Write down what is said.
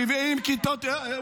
70 כיתות --- עבריין.